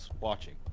watching